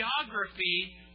geography